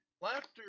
Laughter